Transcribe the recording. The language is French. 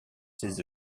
ses